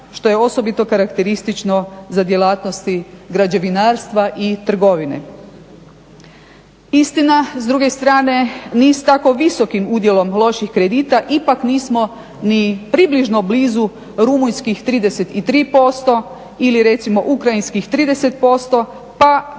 što je osobito karakteristično za djelatnosti građevinarstva i trgovine. Istina, s druge strane ni s tako visokim udjelom loših kredita ipak nismo ni približno blizu rumunjskih 33% ili recimo ukrajinskih 30% pa